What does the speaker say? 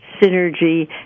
synergy